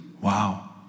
Wow